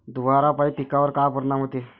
धुवारापाई पिकावर का परीनाम होते?